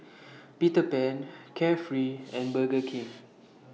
Peter Pan Carefree and Burger King